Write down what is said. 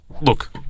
Look